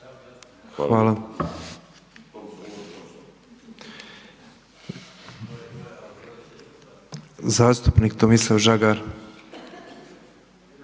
Hvala. Zastupnik Tomislav Panenić